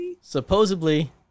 Supposedly